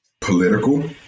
political